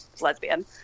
lesbian